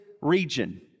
region